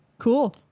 cool